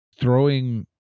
throwing